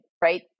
right